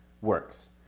works